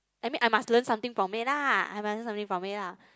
I mean I must learn something from it lah I must learn something from it lah